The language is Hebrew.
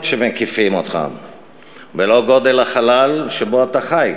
שמקיפים אותך ולא גודל החלל שבו אתה חי,